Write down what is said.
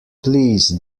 please